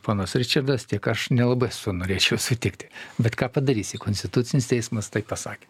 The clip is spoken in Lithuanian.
ponas ričardas tiek aš nelabai su norėčiau sutikti bet ką padarysi konstitucinis teismas taip pasakė